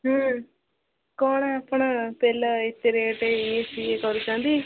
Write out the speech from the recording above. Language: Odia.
ହମ୍ମ କ'ଣ ଆପଣ ତେଲ ଏତେ ରେଟ୍ ଇଏ ସିଏ କରୁଛନ୍ତି